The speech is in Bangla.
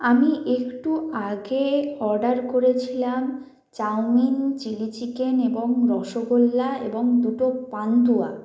আমি একটু আগে অর্ডার করেছিলাম চাউমিন চিলি চিকেন এবং রসগোল্লা এবং দুটো পান্তুয়া